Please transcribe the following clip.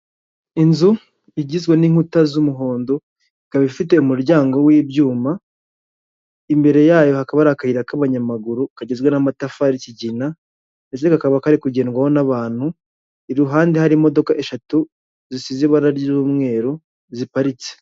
Inzu igizwe n'inkuta z'umuhondo ikaba ifite umuryango w'ibyuma, imbere yayo hakaba hari akayira k'abanyamaguru kagizwe n'amatafari y'ikigina ndetse kakaba kari kugedwaho n'abantu. Iruhande hari imodoka eshatu zisize ibara ry'umweru ziparitse.